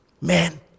man